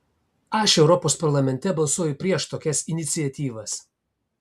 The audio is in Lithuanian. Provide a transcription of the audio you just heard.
aš europos parlamente balsuoju prieš tokias iniciatyvas